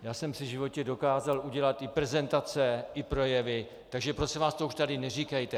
Já jsem si v životě dokázal udělat i prezentace i projevy, takže, prosím vás, to už tady neříkejte.